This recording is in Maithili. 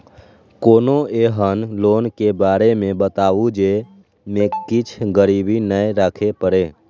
कोनो एहन लोन के बारे मे बताबु जे मे किछ गीरबी नय राखे परे?